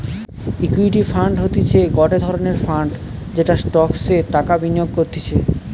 equity fund হতিছে গটে ধরণের ফান্ড যেটা স্টকসে টাকা বিনিয়োগ করতিছে